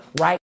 right